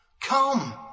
come